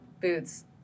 boots